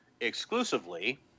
exclusively